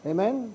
Amen